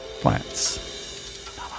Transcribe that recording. Plants